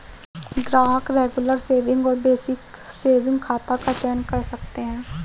ग्राहक regular saving और basic saving खाता का चयन कर सकते है